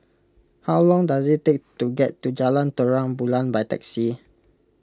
how long does it take to get to Jalan Terang Bulan by taxi